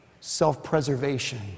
self-preservation